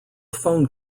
phone